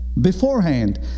beforehand